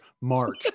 Mark